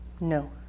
No